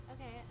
Okay